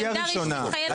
לשאלתי הראשונה,